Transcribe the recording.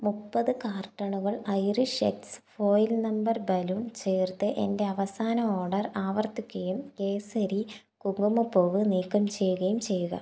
മുപ്പത് കാർട്ടണുകൾ Irish x foil number balloon ചേർത്ത് എന്റെ അവസാന ഓർഡർ ആവർത്തിക്കുകയും കേസരി കുങ്കുമപ്പൂവ് നീക്കം ചെയ്യുകയും ചെയ്യുക